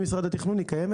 היא קיימת?